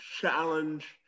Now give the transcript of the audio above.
challenge